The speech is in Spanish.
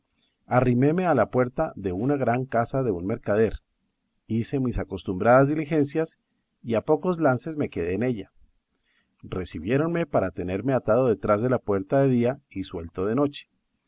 arriméme a la puerta de una gran casa de un mercader hice mis acostumbradas diligencias y a pocos lances me quedé en ella recibiéronme para tenerme atado detrás de la puerta de día y suelto de noche